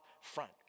front